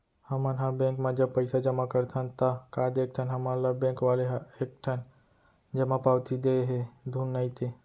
हमन ह बेंक म जब पइसा जमा करथन ता का देखथन हमन ल बेंक वाले ह एक ठन जमा पावती दे हे धुन नइ ते